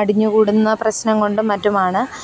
അടിഞ്ഞുകൂടുന്ന പ്രശ്നം കൊണ്ടും മറ്റുമാണ്